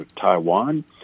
Taiwan